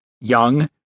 Young